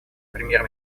премьер